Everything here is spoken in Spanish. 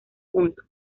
puntos